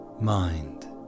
mind